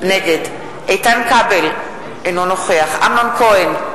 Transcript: נגד איתן כבל, אינו נוכח אמנון כהן,